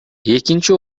экинчи